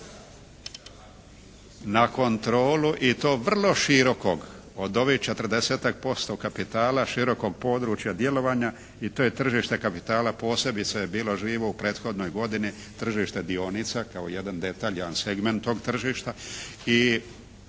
na kontrolu i to vrlo širokog od ovih 40-tak posto kapitala širokog područja djelovanja i to je tržište kapitala posebice je bilo živo u prethodnoj godini, tržište dionica kao jedan detalj, jedan segment tog tržišta